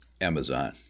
Amazon